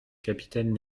capitaine